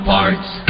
Parts